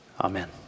Amen